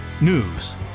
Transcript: News